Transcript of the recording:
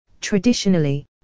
Traditionally